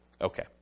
Okay